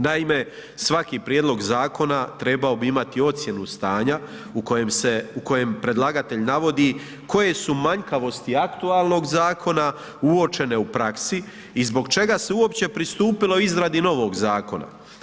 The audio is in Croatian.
Naime, svaki prijedlog zakona trebao bi imati ocjenu stanja u kojem predlagatelj navodi koje su manjkavosti aktualnog zakona uočene u praksi i zbog čega se uopće pristupilo izradi novog zakona.